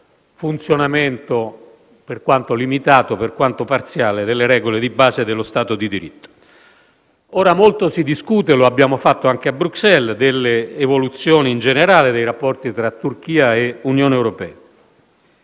un funzionamento, per quanto limitato e parziale, delle regole di base dello Stato di diritto. Molto si discute - lo abbiamo fatto anche a Bruxelles - delle evoluzioni in generale dei rapporti tra Turchia e Unione europea.